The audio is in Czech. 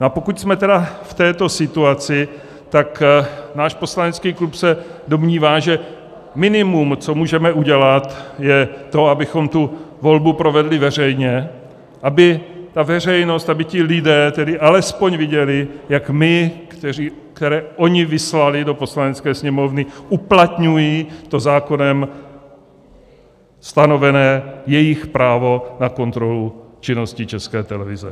A pokud jsme tedy v této situaci, tak náš poslanecký klub se domnívá, že minimum, co můžeme udělat, je to, abychom volbu provedli veřejně, aby veřejnost, aby ti lidé alespoň viděli, jak my, které oni vyslali do Poslanecké sněmovny, uplatňují zákonem stanovené jejich právo na kontrolu činnosti České televize.